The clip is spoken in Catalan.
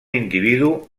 individu